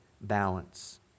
balance